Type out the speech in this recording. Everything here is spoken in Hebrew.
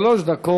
בבקשה, שלוש דקות,